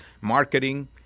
Marketing